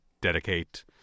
dedicate